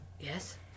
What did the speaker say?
Yes